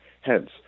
Hence